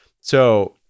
So-